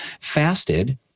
fasted